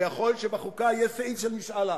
ויכול להיות שבחוקה יהיה סעיף של משאל עם,